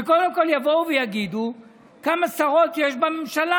שקודם כול יבואו ויגידו כמה שרות יש בממשלה.